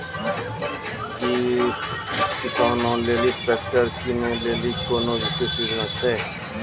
कि किसानो लेली ट्रैक्टर किनै लेली कोनो विशेष योजना छै?